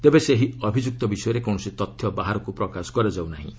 ତେବେ ସେହି ଅଭିଯୁକ୍ତ ବିଷୟରେ କୌଣସି ତଥ୍ୟ ବାହାରକୁ ପ୍ରକାଶ କରାଯାଉ ନାହିଁ